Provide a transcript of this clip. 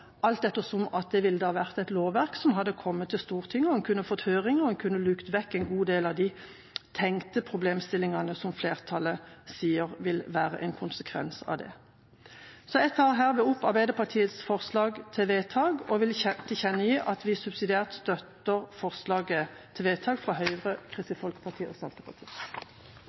det da ville vært et lovverk som hadde kommet til Stortinget, en kunne fått en høring, og en kunne luket vekk en god del av de tenkte problemstillingene som flertallet sier vil være en konsekvens av det. Jeg tar herved opp Arbeiderpartiets forslag til vedtak og vil tilkjennegi at vi subsidiært støtter forslaget til vedtak fra Høyre,